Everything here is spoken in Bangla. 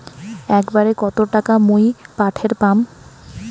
একবারে কত টাকা মুই পাঠের পাম?